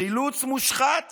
חילוץ מושחת